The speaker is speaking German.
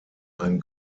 ein